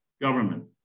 government